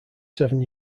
seven